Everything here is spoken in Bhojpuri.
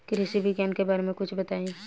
कृषि विज्ञान के बारे में कुछ बताई